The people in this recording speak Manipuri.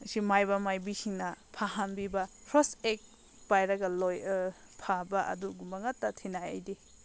ꯑꯁꯤ ꯃꯥꯏꯕ ꯃꯥꯏꯕꯤꯁꯤꯡꯅ ꯐꯍꯟꯕꯤꯕ ꯐꯔꯁ ꯑꯦꯠ ꯄꯥꯏꯔꯒ ꯂꯣꯏ ꯐꯕ ꯑꯗꯨꯒꯨꯝꯕ ꯉꯥꯛꯇ ꯊꯦꯡꯅꯩ ꯑꯩꯗꯤ